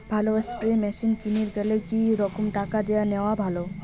ভালো spray machine কিনির গেলে কি রকম টাকা দিয়া নেওয়া ভালো?